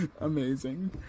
amazing